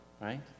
Right